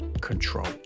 control